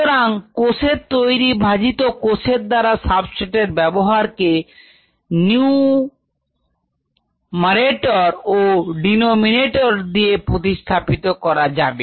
সুতরাং কোষের তৈরি ভাজিত কোষ দ্বারা সাবস্ট্রেট এর ব্যবহার কে numerator ও denominator দিয়ে প্রতিস্থাপিত করা যাবে